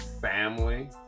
family